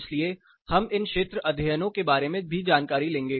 इसलिए हम इन क्षेत्र अध्ययनों के बारे में भी जानकारी लेंगे